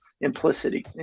implicitly